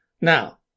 Now